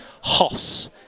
HOSS